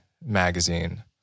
magazine